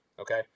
Okay